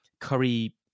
curry